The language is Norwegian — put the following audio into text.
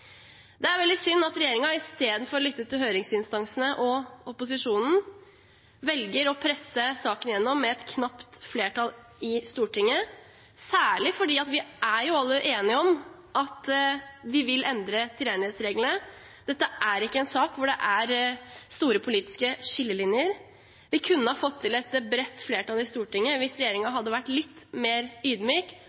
Det er veldig synd at regjeringen istedenfor å lytte til høringsinstansene og opposisjonen velger å presse saken igjennom med et knapt flertall i Stortinget, særlig fordi vi alle er enige om at vi vil endre tilregnelighetsreglene. Dette er ikke en sak hvor det er store politiske skillelinjer. Vi kunne ha fått til et bredt flertall i Stortinget hvis regjeringen hadde vært litt mer